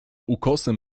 ukosem